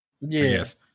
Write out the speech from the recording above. yes